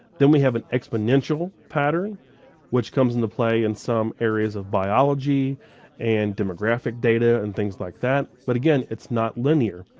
then we have an exponential pattern which comes into play in some areas of biology and demographic data and things like that, but again, it's not not linear.